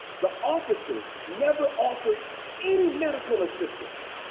the officers never offered any medical assistance.